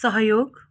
सहयोग